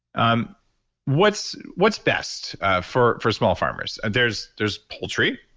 um what's what's best for for small farmers? and there's there's poultry,